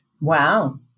Wow